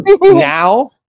now